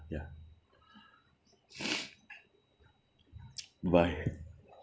ya bye